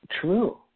true